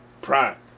Prime